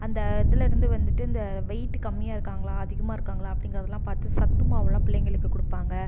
அந்த இதுலேயிருந்து வந்துட்டு இந்த வெயிட் கம்மியாக இருக்காங்களா அதிகமாக இருக்காங்களா அப்படிங்கிறதுலாம் பார்த்து சத்து மாவுலாம் பிள்ளைங்களுக்கு கொடுப்பாங்க